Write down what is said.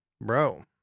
bro